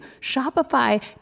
Shopify